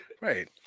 right